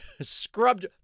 scrubbed